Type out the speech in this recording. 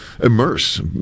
Immerse